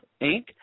Inc